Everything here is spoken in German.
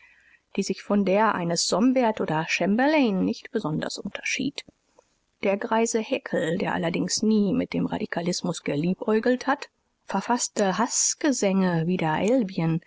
die sich von der eines sombart oder chamberlain nicht besonders unterschied der greise haeckel der allerdings nie mit dem radikalismus geliebäugelt hat verfaßte haßgesänge wider